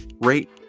rate